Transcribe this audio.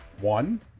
One